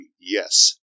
Yes